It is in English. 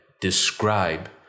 describe